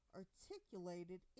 articulated